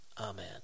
Amen